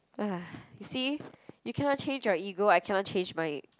!wah! you see you cannot change your ego I cannot change mine